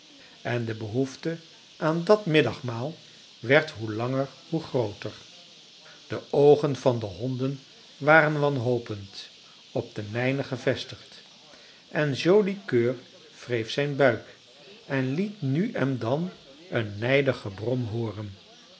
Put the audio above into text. en de behoefte aan dat middagmaal werd hoe langer hoe grooter de oogen van de honden waren wanhopend op de mijne gevestigd en joli coeur wreef zijn buik en liet nu en dan een nijdig gebrom hooren